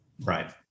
Right